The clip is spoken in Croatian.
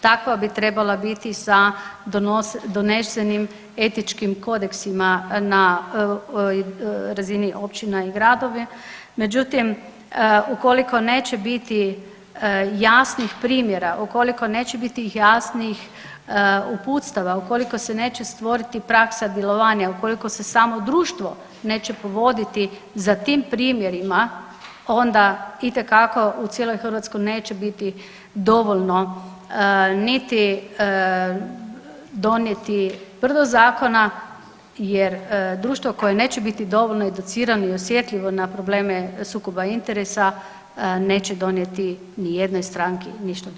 Takva bi trebala biti za donesenim etičkim kodeksima na razini općina i gradovi, međutim, ukoliko neće biti jasnih primjera, ukoliko neće biti jasnih uputstava, ukoliko se neće stvoriti praksa djelovanja, ukoliko se samo društvo neće povoditi za tim primjerima, onda itekako u cijeloj Hrvatskoj neće biti dovoljno niti donijeti brdo zakona jer društvo koje neće biti dovoljno educirano i osjetljivo na probleme sukoba interesa neće donijeti nijednoj stranki ništa dobro.